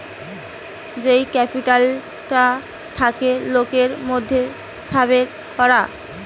যেই ক্যাপিটালটা থাকে লোকের মধ্যে সাবের করা